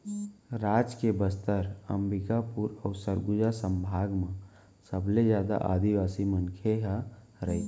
राज के बस्तर, अंबिकापुर अउ सरगुजा संभाग म सबले जादा आदिवासी मनखे ह रहिथे